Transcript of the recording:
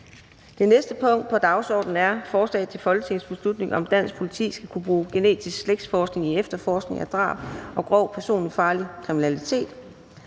Dehnhardt (SF): Tak for ordet. Det her forslag er jo et borgerforslag om, at dansk politi skal kunne bruge genetisk slægtsforskning i efterforskning af drab og grov personfarlig kriminalitet,